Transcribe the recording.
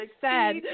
sad